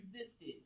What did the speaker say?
existed